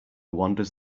wanders